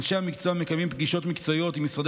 אנשי המקצוע מקיימים פגישות מקצועיות עם משרדי